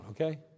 okay